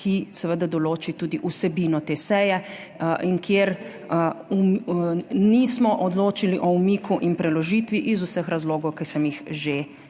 ki seveda določi tudi vsebino te seje in kjer nismo odločili o umiku in preložitvi iz vseh razlogov, ki sem jih že navedla